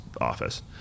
office